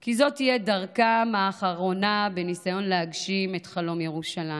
כי זו תהיה דרכם האחרונה בניסיון להגשים את חלום ירושלים.